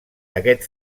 aquest